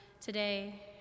today